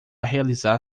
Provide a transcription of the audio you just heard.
realizar